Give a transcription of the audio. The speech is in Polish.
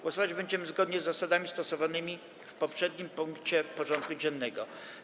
Głosować będziemy zgodnie z zasadami stosowanymi w poprzednim punkcie porządku dziennego.